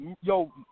yo